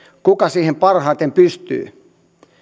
kuka siihen parhaiten pystyy